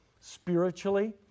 spiritually